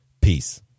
Peace